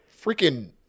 freaking